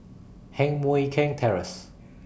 Heng Mui Keng Terrace